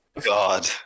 God